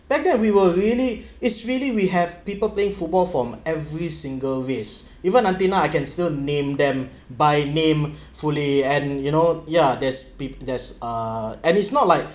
that then we will really it's really we have people playing football from every single race even until now I can still name them by name fully and you know yeah there's there's uh and it's not like